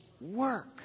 work